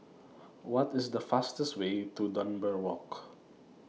What IS The fastest Way to Dunbar Walk